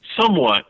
Somewhat